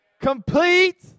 complete